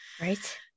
Right